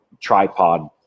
tripod